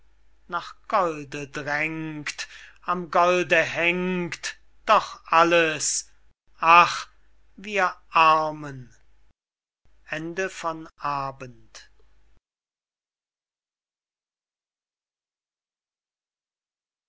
golde drängt am golde hängt doch alles ach wir armen